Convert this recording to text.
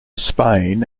spain